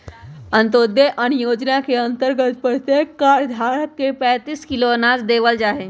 अंत्योदय अन्न योजना के अंतर्गत प्रत्येक कार्ड धारक के पैंतीस किलो अनाज देवल जाहई